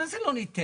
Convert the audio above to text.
מה זה לא ניתן?